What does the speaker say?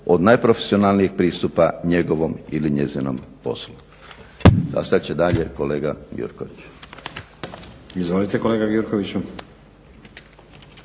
od najprofesionalnijih pristupa njegovom ili njezinom poslu. Sad će dalje kolega Gjurković. **Stazić,